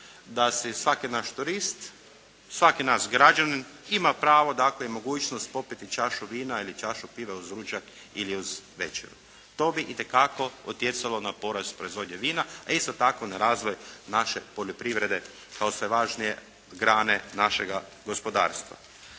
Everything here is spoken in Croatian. da se i svaki naš turist, svaki naš građanin ima pravo dakle i mogućnost popiti čašu vina ili čašu pive uz ručak ili uz večeru. To bi itekako utjecalo na porast proizvodnje vina a isto tako na razvoj naše poljoprivrede kao sve važnije grane našega gospodarstva.